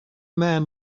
man